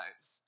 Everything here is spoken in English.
lives